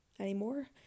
Anymore